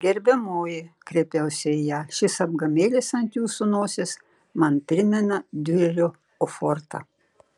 gerbiamoji kreipiausi į ją šis apgamėlis ant jūsų nosies man primena diurerio ofortą